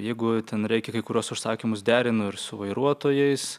jeigu ten reikia kai kuriuos užsakymus derinu ir su vairuotojais